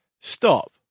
Stop